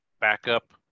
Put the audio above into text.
backup